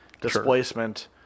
displacement